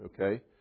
Okay